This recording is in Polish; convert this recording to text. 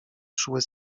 szły